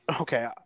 Okay